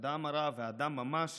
הדם הרע והדם ממש